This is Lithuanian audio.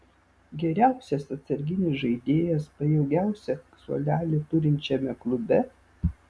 geriausias atsarginis žaidėjas pajėgiausią suolelį turinčiame klube